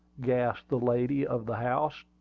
gasped the lady of the house,